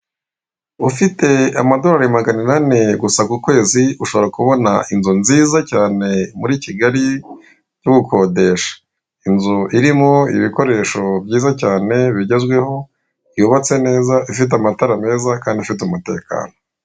Ufite amadorari magana inani gusa ku kwezi, ushobora kubona inzu nziza cyane muri Kigali yo gukodesha. Inzu irimo ibikoresho byiza cyane bigezweho yubatse neza, ifite amatara meza kandi ifite umutekano.